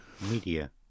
media